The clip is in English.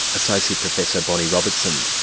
associate professor, bonny robertson.